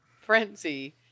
frenzy